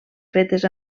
fetes